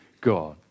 God